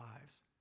lives